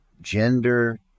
gender